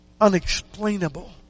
unexplainable